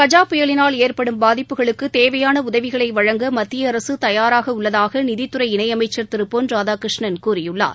கஜ புயலினால் ஏற்படும் பாதிப்புகளுக்கு தேவையான உதவிகளை வழங்க மத்திய அரசு தயாராக உள்ளதாக நிதித்துறை இணை அமைச்சர் திரு பொன் ராதாகிருஷ்ணன் கூறியுள்ளார்